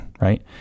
right